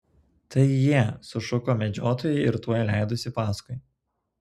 tai jie sušuko medžiotojai ir tuoj leidosi paskui